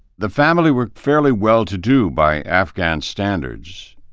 the family were fairly well-to-do by afghan standards.